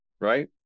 Right